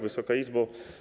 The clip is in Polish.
Wysoka Izbo!